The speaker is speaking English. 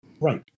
Right